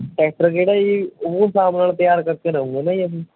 tractor ਕਿਹੜਾ ਜੀ ਉਹ ਹਿਸਾਬ ਨਾਲ ਤਿਆਰ ਕਰਕੇ ਦਊਂਗੇ ਨਾ ਜੀ ਅਸੀਂ